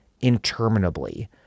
interminably